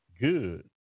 Good